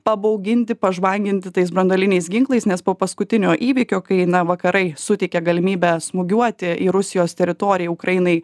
pabauginti pažvanginti tais branduoliniais ginklais nes po paskutinio įvykio kai na vakarai suteikė galimybę smūgiuoti į rusijos teritoriją ukrainai